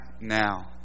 now